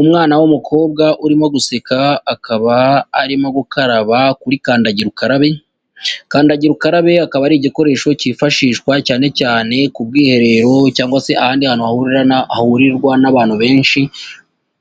Umwana w'umukobwa urimo guseka akaba arimo gukaraba kuri kandagira ukarabe, kandagira ukarabe akaba ari igikoresho cyifashishwa cyane cyane ku bwiherero cyangwa se ahandi hantu hahurira na hahurirwa n'abantu benshi